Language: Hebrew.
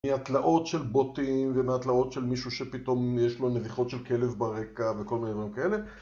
מהתלאות של בוטים ומהתלאות של מישהו שפתאום יש לו נביחות של כלב ברקע וכל מיני דברים כאלה